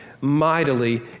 mightily